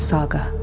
Saga